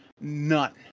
None